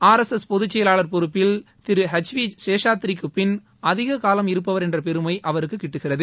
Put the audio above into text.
ஆ ர் S S பொது செயலாளர் பொறுப்பில் திரு எச் வி சேஷாத்ரிக்கு பின் அதிக காலம் இருப்பவர் என்ற பெருமை அவருக்கு கிட்டுகிறது